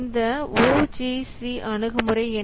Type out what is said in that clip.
இந்த O G C அணுகுமுறை என்ன